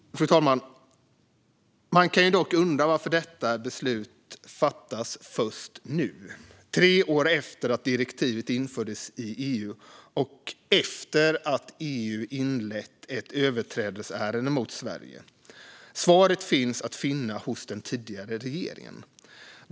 Fru talman! Man kan dock undra varför detta beslut fattas först nu, tre år efter att direktivet infördes i EU och efter att EU inlett ett överträdelseärende mot Sverige. Svaret går att finna hos den tidigare regeringen.